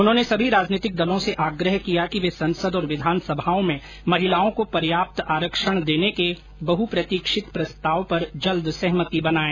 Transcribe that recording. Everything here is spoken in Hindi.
उन्होंने सभी राजनीतिक दलों से आग्रह किया कि वे संसद और विधानसभाओं में महिलाओं को पर्याप्त आरक्षण देने के बहुप्रतीक्षित प्रस्ताव पर जल्द सहमति बनाए